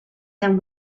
than